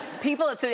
People